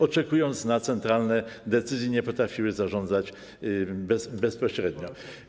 Oczekując na centralne decyzje, nie potrafiły zarządzać bezpośrednio.